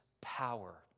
power